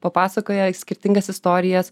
papasakoja skirtingas istorijas